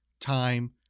time